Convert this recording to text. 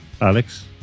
Alex